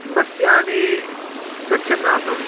बस्याने गच्छन् आसम्